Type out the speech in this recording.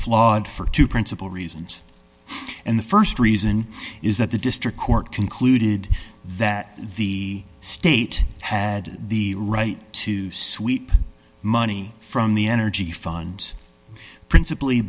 flawed for two principle reasons and the st reason is that the district court concluded that the state had the right to sweep money from the energy funds principally